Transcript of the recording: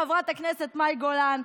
חברת הכנסת מאי גולן,